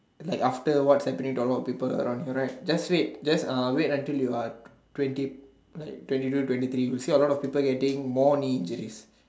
like after what happening got a lot of people around here right just wait until you are twenty two twenty three you see a lot of people getting more knee injuries